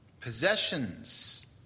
possessions